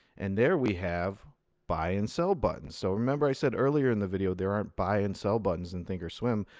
and there, we have buy and sell buttons. so remember i said earlier in the video there aren't buy and sell buttons in thinkorswim.